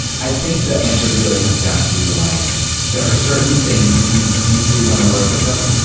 i think the answer really comes down to like there are certain things. if you deeply want to work with them,